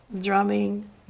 drumming